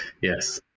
Yes